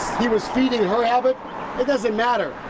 he was keeping her out of it, it doesn't matter.